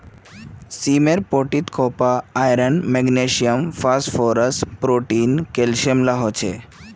सीमेर पोटीत copper, iron, magnesium, phosphorus, protein, calcium ला हो छे